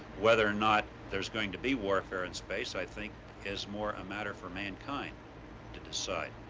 whether or not there's going to be warfare in space i think is more a matter for mankind to decide.